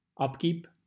upkeep